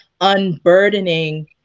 unburdening